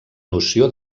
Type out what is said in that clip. noció